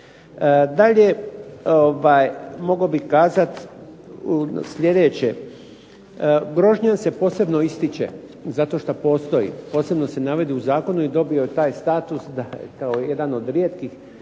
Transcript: Dalje, mogao bih kazati sljedeće. Grožnjan se posebno ističe zato što postoji. Posebno se navodi u zakonu i dobio je taj status kao jedan od rijetkih